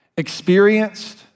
experienced